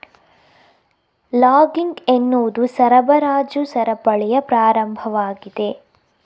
logging ಎನ್ನುವುದು ಸರಬರಾಜು ಸರಪಳಿಯ ಪ್ರಾರಂಭವಾಗಿದೆ